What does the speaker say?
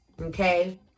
okay